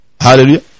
Hallelujah